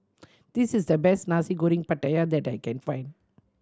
this is the best Nasi Goreng Pattaya that I can find